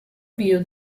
view